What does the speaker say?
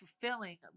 fulfilling